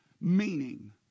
meaning